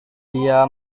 dia